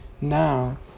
Now